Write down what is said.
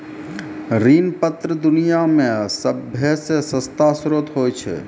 ऋण पत्र दुनिया मे सभ्भे से सस्ता श्रोत होय छै